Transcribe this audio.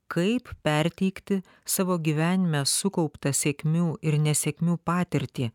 kaip perteikti savo gyvenime sukauptą sėkmių ir nesėkmių patirtį